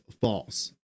false